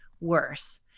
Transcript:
worse